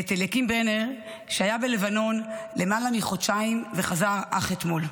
ואת אליקים ברנר שהיה בלבנון למעלה מחודשיים וחזר אך אתמול.